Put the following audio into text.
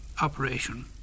operation